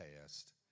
past